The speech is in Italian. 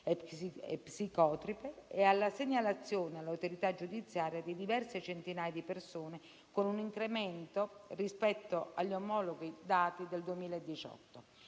e psicotrope e alla segnalazione all'autorità giudiziaria di diverse centinaia di persone con un incremento rispetto agli omologhi dati del 2018.